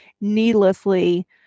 needlessly